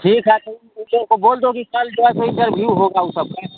ठीक है तो ऊ ऊ लोगों को बोल दो कि कल जो है सो इन्टरव्यू होगा ऊ सबका